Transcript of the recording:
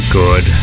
good